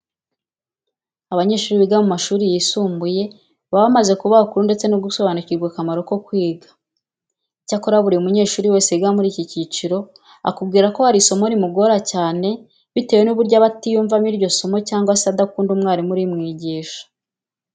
Abanyeshuri biga mu mashuri yisumbuye baba bamaze kuba bakuru ndetse no gusobanukirwa akamaro ko kwiga. Icyakora buri munyeshuri wese wiga muri iki cyiciro akubwira ko hari isomo rimugora cyane bitewe n'uburyo aba atiyumvamo iryo somo cyangwa se adakunda umwarimu urimwigisha.